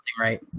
right